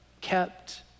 kept